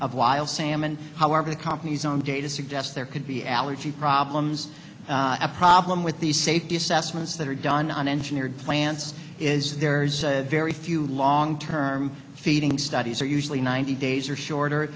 of wild salmon however the company's own data suggests there could be allergy problems a problem with these safety assessments that are done on engineered plants is there's very few long term feeding studies are usually ninety days are shorter